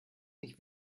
nicht